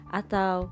atau